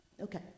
Okay